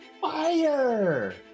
fire